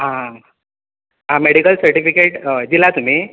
आ आ medical certificate हय दिला तुमी